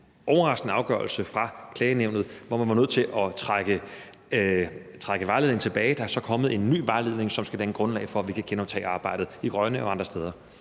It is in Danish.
overraskende afgørelse fra Klagenævnet, hvor man har været nødt til at trække vejledningen tilbage. Der er så kommet en ny vejledning, som skal danne grundlag for, at vi kan genoptage arbejdet i Rønne og andre steder.